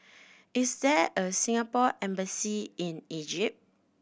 is there a Singapore Embassy in Egypt